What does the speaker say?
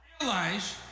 Realize